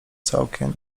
całkiem